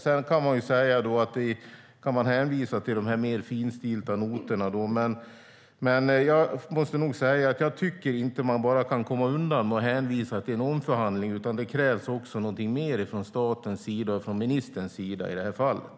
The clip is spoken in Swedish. Sedan kan man hänvisa till de mer finstilta noterna, men jag måste nog säga att jag inte tycker att man kan komma undan med att bara hänvisa till en omförhandling. Det krävs också någonting mer från statens sida och från ministerns sida i det här fallet.